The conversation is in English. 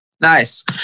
Nice